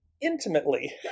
intimately